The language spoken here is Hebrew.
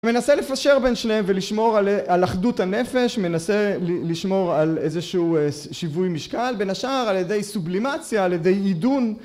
מנסה לפשר בין שניהם ולשמור על אה... על אחדות הנפש. מנסה לשמור על איזשהו שיווי משקל. בין השאר, על ידי סובלימציה, על ידי עידון ...